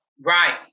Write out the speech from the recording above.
Right